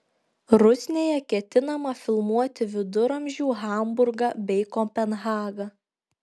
rusnėje ketinama filmuoti viduramžių hamburgą bei kopenhagą